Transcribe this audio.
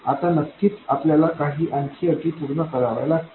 आता नक्कीच आपल्याला आणखी काही अटी पूर्ण कराव्या लागतील